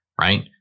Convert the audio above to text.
right